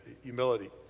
humility